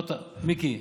מיקי,